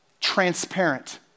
transparent